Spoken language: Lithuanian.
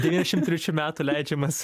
devyniasdešim trečių metų leidžiamas